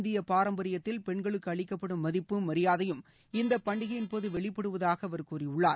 இந்திய பாரம்பரியத்தில் பெண்களுக்கு அளிக்கப்படும் மதிப்பும் மரியாதையும் இந்த பண்டிகையின் போது வெளிப்படுவதாக அவர் கூறியுள்ளார்